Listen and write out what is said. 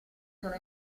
sono